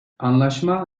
anlaşma